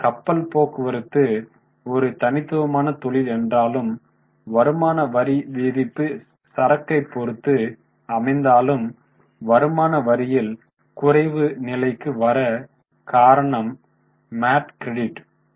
கப்பல் போக்குவரத்து ஒரு தனித்துவமான தொழில் என்றாலும் வருமான வரி விதிப்பு சரக்கை பொறுத்து அமைந்தாலும் வருமான வரியில் குறைவு நிலைக்கு வர காரணம் மேட் கிரெடிட் தான்